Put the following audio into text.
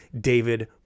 David